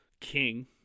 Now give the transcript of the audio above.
king